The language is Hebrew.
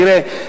תראה,